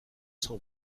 cent